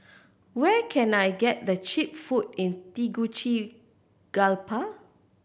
where can I get the cheap food in Tegucigalpa